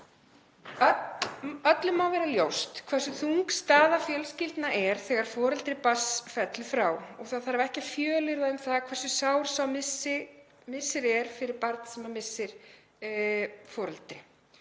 Öllum má vera ljóst hversu þung staða fjölskyldna er þegar foreldri barns fellur frá. Það þarf ekki að fjölyrða um það hversu sár missir það er fyrir barn að missa foreldri